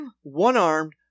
one-armed